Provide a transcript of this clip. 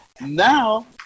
Now